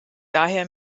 daher